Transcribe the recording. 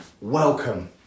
welcome